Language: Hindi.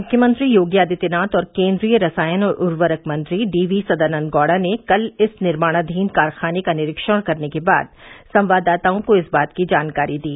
मुख्यमंत्री योगी आदित्यनाथ और केन्द्रीय रसायन और उर्वरक मंत्री डी वी सदानन्द गौड़ा ने कल इस निमार्णाधीन कारखाने का निरीक्षण करने के बाद संवाददाताओं को इस बात की जानकारी दी